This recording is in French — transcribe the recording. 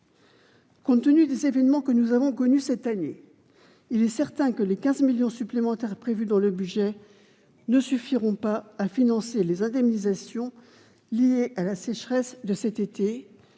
Compte tenu des événements que nous avons connus cette année, il est certain que les 15 millions d'euros supplémentaires prévus dans le budget ne suffiront pas à financer les indemnisations liées à la sécheresse de cet été